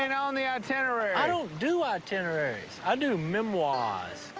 and on the itinerary. i don't do itineraries. i do memoirs.